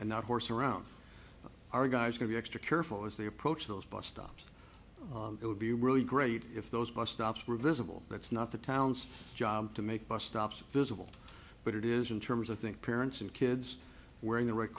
and not horse around our guys could be extra careful as they approach those bus stops it would be really great if those bus stops were visible but it's not the town's job to make bus stops visible but it is in terms of think parents and kids wearing the right